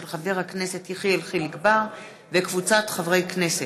של חבר הכנסת יחיאל חיליק בר וקבוצת חברי הכנסת,